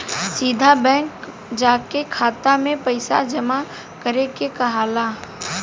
सीधा बैंक जाके खाता में पइसा जामा करे के कहाला